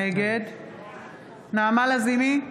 נגד נעמה לזימי,